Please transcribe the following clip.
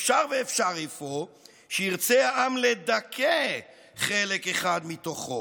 אפשר ואפשר אפוא שירצה העם לדכא חלק אחד מתוכו,